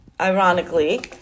ironically